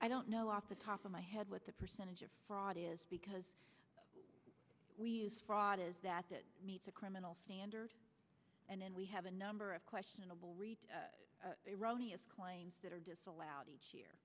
i don't know off the top of my head what the percentage of fraud is because we use fraud is that it meets a criminal standard and we have a number of questionable iranians claims that are disallowed each year